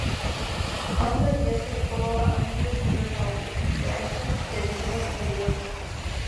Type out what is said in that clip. antrą vietą iškovojo andrius geležauskas trečią gediminas varvuolis